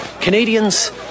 Canadians